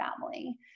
family